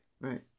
Right